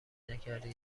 نکردی